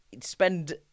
spend